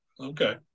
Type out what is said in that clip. Okay